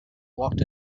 walked